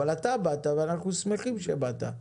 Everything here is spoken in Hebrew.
אבל אתה באת ואנחנו שמחים שבאת.